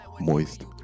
moist